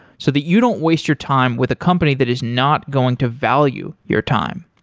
so that you don't waste your time with a company that is not going to value your time.